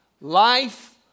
Life